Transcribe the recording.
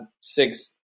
six